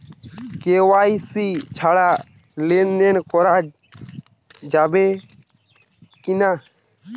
KYC ছাড়া লেনদেন করা যাবে কিনা?